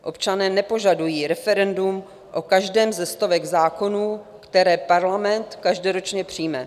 Občané nepožadují referendum o každém ze stovek zákonů, které parlament každoročně přijme.